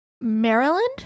maryland